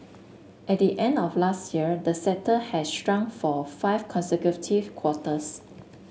at the end of last year the sector had shrunk for five consecutive quarters